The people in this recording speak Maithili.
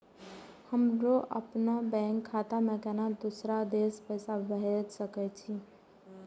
हमरो अपने बैंक खाता से केना दुसरा देश पैसा भेज सके छी?